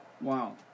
Wow